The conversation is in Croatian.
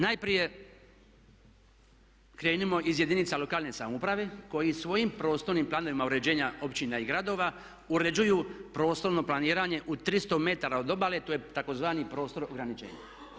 Najprije krenimo iz jedinica lokalne samouprave koji svojim prostornim planovima uređenja općina i gradova uređuju prostorno planiranje u 300 metara od obale, to je tzv. prostor ograničenja.